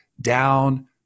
down